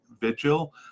vigil